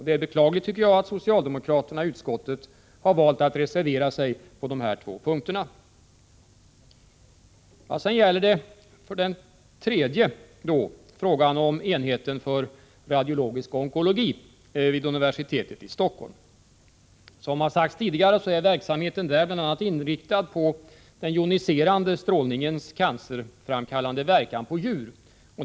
Det är beklagligt att socialdemokraterna i utskottet har valt att reservera sig på de här två punkterna. Sedan gäller det frågan om enheten för radiologisk onkologi vid universitetet i Stockholm. Som har sagts tidigare är forskningsverksamheten vid den enheten främst inriktad på den joniserande strålningens cancerframkallande verkan på djur.